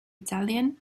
italian